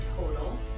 total